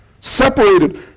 separated